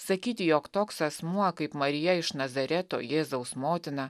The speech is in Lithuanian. sakyti jog toks asmuo kaip marija iš nazareto jėzaus motina